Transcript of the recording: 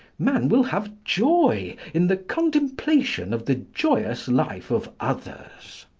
man will have joy in the contemplation of the joyous life of others.